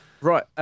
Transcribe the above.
Right